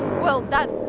well, that